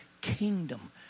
kingdom